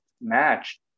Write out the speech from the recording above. match